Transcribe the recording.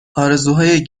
آرزوهای